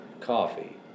Coffee